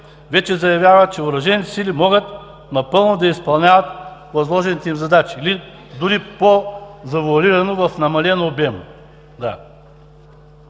вече заявява, че Въоръжените сили могат напълно да изпълняват възложените им задачи или дори по-завоалирано в намален обем.